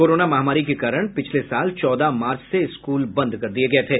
corona महामारी के कारण पिछले साल चौदह मार्च से स्कूल बंद कर दिए गए थे